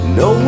no